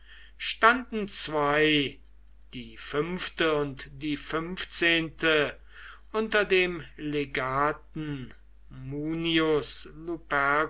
standen zwei die fünfte und die fünfzehnte unter dem legaten